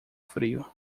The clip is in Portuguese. frio